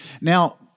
Now